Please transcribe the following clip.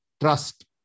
trust